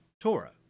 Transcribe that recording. Torah